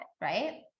right